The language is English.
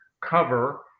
cover